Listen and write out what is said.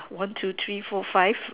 one two three four five